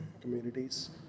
communities